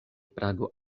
prago